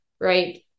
right